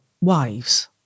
wives